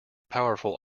powerful